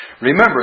Remember